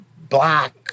black